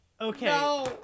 Okay